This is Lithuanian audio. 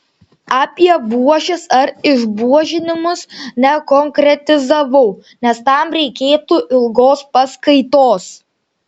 apie buožes ar išbuožinimus nekonkretizavau nes tam reikėtų ilgos paskaitos